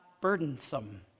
burdensome